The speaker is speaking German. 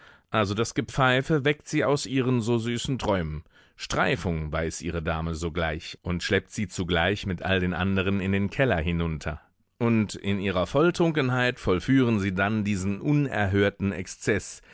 also das gepfeife weckt sie aus ihren so süßen träumen streifung weiß ihre dame sogleich und schleppt sie zugleich mit all den anderen in den keller hinunter und in ihrer volltrunkenheit vollführen sie dann diesen unerhörten exzeß